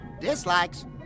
Dislikes